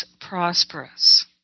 prosperous